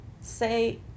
say